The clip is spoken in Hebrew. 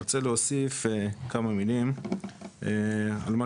אני רוצה להוסיף כמה מילים על מה